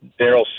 Daryl